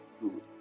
good